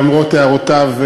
למרות הערותיו,